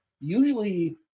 Usually